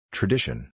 Tradition